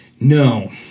No